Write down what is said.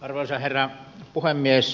arvoisa herra puhemies